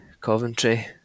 Coventry